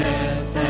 Death